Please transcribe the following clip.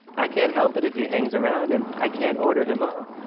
i can't help it if he hangs around and i can't order him off.